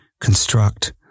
construct